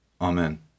Amen